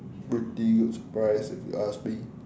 pretty good surprise if you ask me